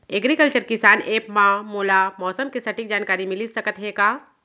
Agriculture किसान app मा मोला मौसम के सटीक जानकारी मिलिस सकत हे का?